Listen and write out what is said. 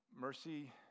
Mercy